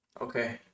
Okay